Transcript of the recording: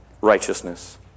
righteousness